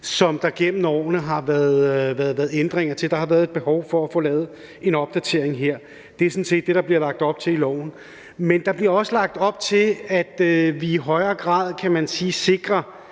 som der gennem årene har været ændringer til. Der har været et behov for at få lavet en opdatering her. Det er sådan set det, der bliver lagt op til i lovforslaget. Men der bliver også lagt op til, at vi i højere grad sikrer